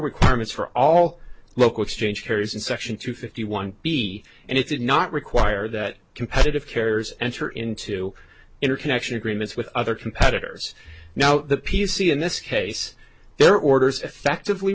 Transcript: requirements for all local exchange carriers in section two fifty one b and it did not require that competitive carriers enter into interconnection agreements with other competitors now the p c in this case their orders effectively